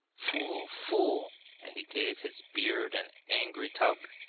fool! fool and he gave his beard an angry tug.